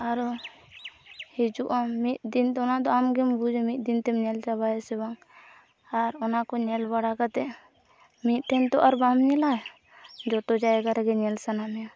ᱟᱨᱚ ᱦᱤᱡᱩᱜᱼᱟᱢ ᱢᱤᱫ ᱫᱤᱱᱫᱚ ᱚᱱᱟᱫᱚ ᱟᱢᱜᱮᱢ ᱵᱩᱡᱟ ᱢᱤᱫ ᱫᱤᱱᱛᱮᱢ ᱧᱮᱞ ᱪᱟᱵᱟᱭᱟ ᱥᱮ ᱵᱟᱝ ᱟᱨ ᱚᱱᱟᱠᱚ ᱧᱮᱞ ᱵᱟᱲᱟ ᱠᱟᱛᱮ ᱢᱤᱫᱴᱷᱮᱱ ᱛᱚ ᱟᱨᱵᱟᱢ ᱧᱮᱞᱟ ᱡᱚᱛᱚ ᱡᱟᱭᱜᱟ ᱨᱮᱜᱮ ᱧᱮᱞ ᱥᱟᱱᱟ ᱢᱮᱭᱟ